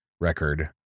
record